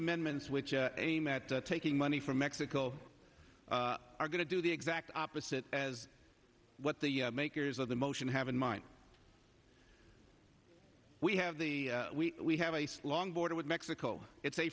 amendments which aim at taking money from mexico are going to do the exact opposite as what the makers of the motion have in mind we have the we we have a long border with mexico it's a